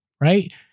right